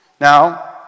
Now